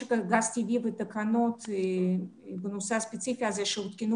משק גז טבעי בתקנות בנושא הספציפי הזה שהותקנו